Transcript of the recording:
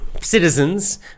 citizens